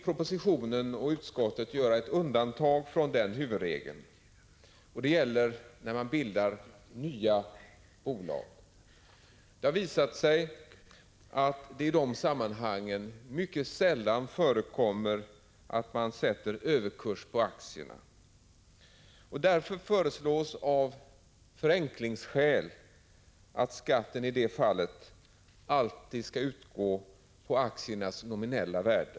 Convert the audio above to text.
Propositionens förslag, som tillstyrks av utskottet, är att ett undantag skall göras från denna huvudregel, nämligen vid bildande av nya bolag. Det har visat sig att det i sådana sammanhang mycket sällan förekommer att aktierna åsätts överkurs, och av förenklingsskäl föreslås därför att skatten i sådana fall alltid skall utgå på aktiernas nominella värde.